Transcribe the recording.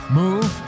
move